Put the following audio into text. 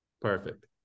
perfect